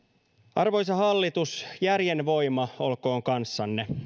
arvoisa hallitus järjen voima olkoon kanssanne